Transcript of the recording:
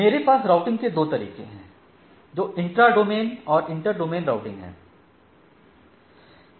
हमारे पास राउटिंग के 2 तरीके हैं जो इंट्रा डोमेन और इंटर डोमेन राउटिंग है